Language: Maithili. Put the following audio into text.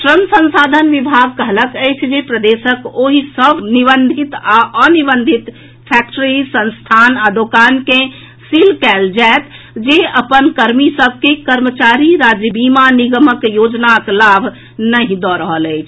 श्रम संसाधन विभाग कहलक अछि जे प्रदेशक ओहि सभ निबंधित आ अनिबंधित फैक्ट्री संस्थान आ दोकान के सील कयल जायत जे अपन कर्मी सभ के कर्मचारी राज्य बीमा निगमक योजनाक लाभ नहि दऽ रहल अछि